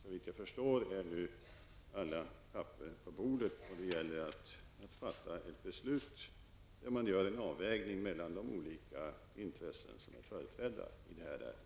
Såvitt jag förstår är nu alla papper på bordet, och det gäller nu att fatta ett beslut där man avväger de olika intressen som är företrädda i det här ärendet.